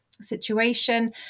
situation